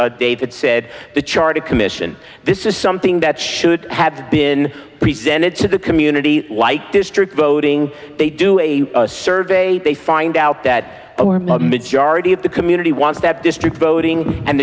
what david said the charter commission this is something that should have been presented to the community like district voting they do a survey they find out that yardy of the community wants that district voting and